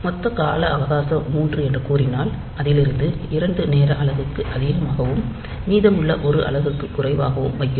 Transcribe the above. மொத்த கால அவகாசம் 3 எனக் கூறினால் அதிலிருந்து இரண்டு நேர அலகுக்கு அதிகமாகவும் மீதமுள்ள ஒரு அலகுக்கு குறைவாகவும் வைக்கிறோம்